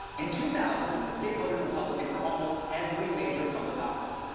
in two thousand, the state voted republican for almost every major public office,